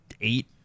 eight